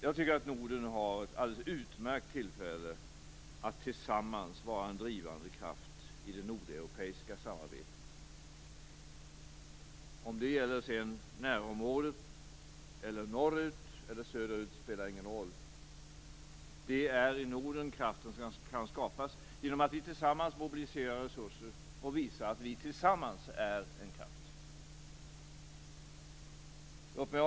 Jag tycker att länderna i Norden har ett utmärkt tillfälle att tillsammans vara en drivande kraft i det nordeuropeiska samarbetet. Om det sedan gäller närområdet, norrut eller söderut spelar ingen roll. Det är i Norden kraften kan skapas genom att vi tillsammans mobiliserar resurser och visar att vi tillsammans är en kraft.